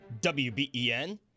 WBEN